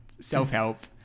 self-help